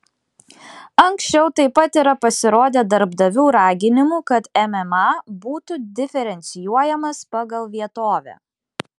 anksčiau taip pat yra pasirodę darbdavių raginimų kad mma būtų diferencijuojamas pagal vietovę